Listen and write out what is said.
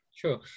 Sure